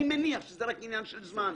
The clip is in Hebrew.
אני מניח שזה רק עניין של זמן.